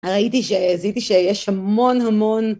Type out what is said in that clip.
ראיתי ש... זיהיתי שיש המון המון...